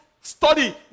study